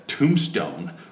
tombstone